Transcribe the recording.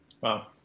Wow